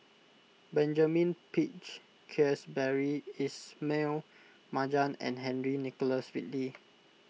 Benjamin Peach Keasberry Ismail Marjan and Henry Nicholas Ridley